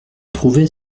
trouvait